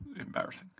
embarrassing